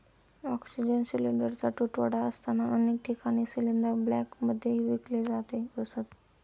oxygen सिलिंडरचा तुटवडा असताना अनेक ठिकाणी सिलिंडर ब्लॅकमध्ये विकले जात असत